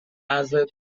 اعضای